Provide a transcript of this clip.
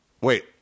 Wait